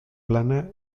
plana